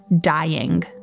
dying